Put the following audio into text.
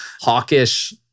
hawkish